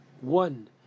one